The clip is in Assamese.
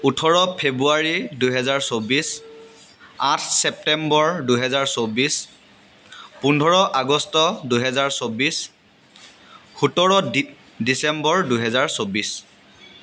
ওঠৰ ফেব্ৰুৱাৰী দুহেজাৰ চৌব্বিছ আঠ ছেপ্টেম্বৰ দুহেজাৰ চৌব্বিছ পোন্ধৰ আগষ্ট দুহেজাৰ চৌব্বিছ সোতৰ ডি ডিচেম্বৰ দুহেজাৰ চৌব্বিছ